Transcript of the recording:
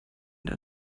der